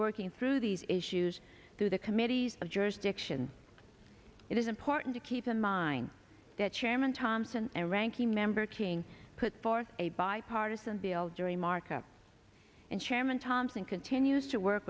working through these issues through the committees of jurisdiction it is important to keep in mind that chairman thompson and ranking member king put forth a bipartisan bill jury markup and chairman thompson continues to work